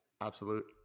Absolute